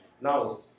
Now